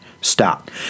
Stop